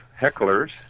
hecklers